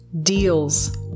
deals